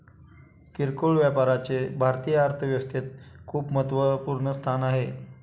किरकोळ व्यापाराचे भारतीय अर्थव्यवस्थेत खूप महत्वपूर्ण स्थान आहे